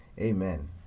Amen